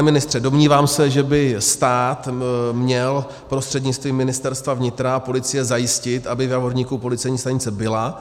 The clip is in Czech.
Pane ministře, domnívám se, že by stát měl prostřednictvím Ministerstva vnitra a policie zajistit, aby v Javorníku policejní stanice byla.